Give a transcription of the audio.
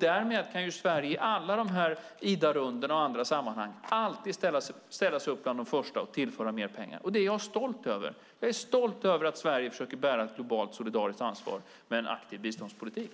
Därmed kan Sverige i alla Idarundorna och i andra sammanhang alltid ställa sig upp bland de första och tillföra mer pengar. Jag är stolt över att Sverige försöker bära ett globalt solidariskt ansvar med en aktiv biståndspolitik.